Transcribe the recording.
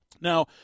Now